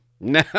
no